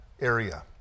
area